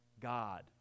God